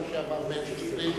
מאיר שטרית